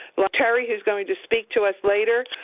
like terry who is going to speak to us later,